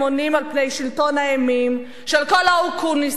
על פני שלטון האימים של כל האקוניסים,